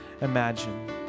imagine